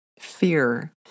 fear